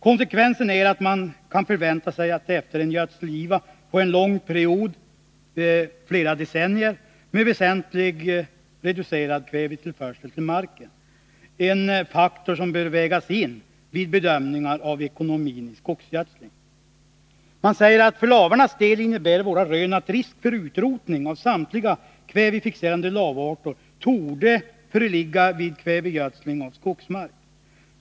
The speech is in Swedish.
Konsekvensen är att man kan förvänta sig att det efter en gödselgiva under en lång period på flera decennier blir väsentligt reducerad kvävetillförsel till marken, en faktor som bör vägas in vid bedömningen av ekonomin i skogsgödslingen. Man säger att för lavarnas del innebär de rön som gjorts att risk för utrotning av samtliga kvävefixerande lavarter torde föreligga vid kvävegödsling av skogsmark.